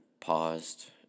paused